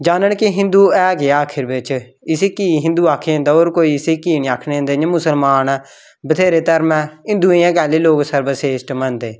जानन कि हिंदू है केह् ऐ आखर बिच्च इस्सी की हिंदू आखेआ जंदा होर कोई इस्सी की निं आखेआ जंदा इ'यां मुसलमान बत्थेरे धरम ऐ हिंदुएं गी गै कैह्ली लोग सर्वश्रेष्ठ मनदे